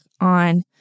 on